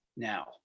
Now